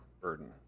burden